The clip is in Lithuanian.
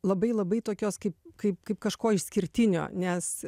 labai labai tokios kaip kaip kaip kažko išskirtinio nes